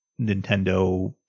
nintendo